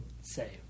say